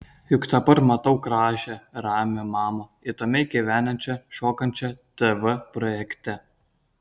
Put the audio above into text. juk dabar matau gražią ramią mamą įdomiai gyvenančią šokančią tv projekte